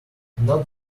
not